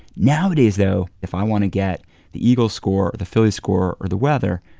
nowadays, though, if i want to get the eagles score, the phillies score or the weather,